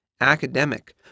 academic